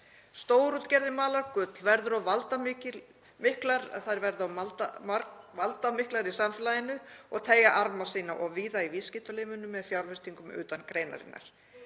Stórútgerðir mala gull og verða of valdamiklar í samfélaginu og teygja arma sína of víða í viðskiptalífinu með fjárfestingum utan greinarinnar.